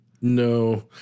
No